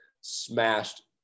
smashed